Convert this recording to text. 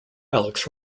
alex